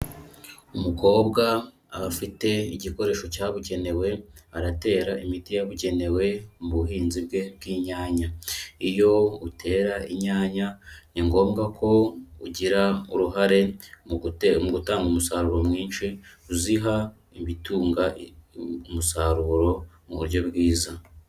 Umukobwa aba afite igikoresho cyabugenewe, aratera imiti yabugenewe mu buhinzi bwe bw'inyanya. Iyo utera inyanya ni ngombwa ko ugira uruhare mu gute..., mu gutanga umusaruro mwinshi uziha ibitunga umusaruro mu buryo bwiza.